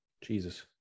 Jesus